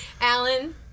Alan